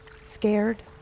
scared